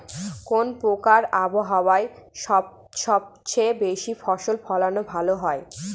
কোন প্রকার আবহাওয়ায় সবচেয়ে বেশি ফসল ফলানো সম্ভব হয়?